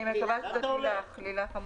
לשם מה הקריטריונים למתן האישור המיוחד הזה?